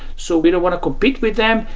so we don't want to compete with them.